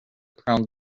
prone